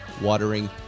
watering